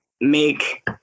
make